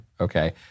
okay